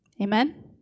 Amen